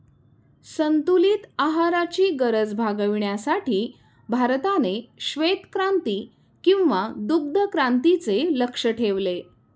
संतुलित आहाराची गरज भागविण्यासाठी भारताने श्वेतक्रांती किंवा दुग्धक्रांतीचे लक्ष्य ठेवले